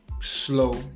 slow